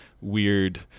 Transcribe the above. weird